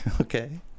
okay